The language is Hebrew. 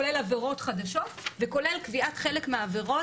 כולל עבירות חדשות וכולל קביעת חלק מהעבירות